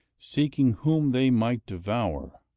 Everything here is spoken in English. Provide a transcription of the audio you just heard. seeking whom they might devour.